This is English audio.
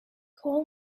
coal